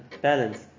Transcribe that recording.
balance